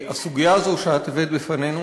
הסוגיה הזאת שהבאת בפנינו